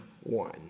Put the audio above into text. one